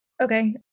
Okay